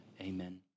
amen